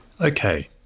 Okay